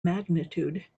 magnitude